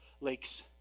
lakes